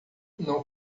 não